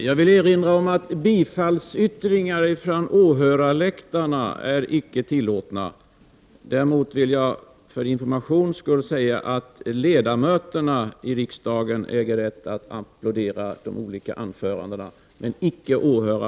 Jag vill erinra om att bifallsyttringar från åhörarläktarna icke är tillåtna. Däremot äger ledamöterna i riksdagen rätt att applådera de olika anförandena.